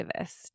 Activist